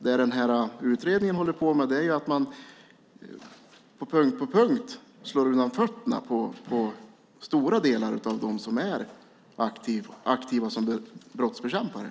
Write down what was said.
Men det utredningen håller på med är att på punkt efter punkt slå undan fötterna på stora delar av dem som är aktiva som brottsbekämpare.